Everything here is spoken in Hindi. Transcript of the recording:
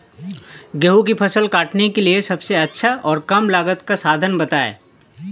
गेहूँ की फसल काटने के लिए सबसे अच्छा और कम लागत का साधन बताएं?